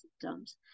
symptoms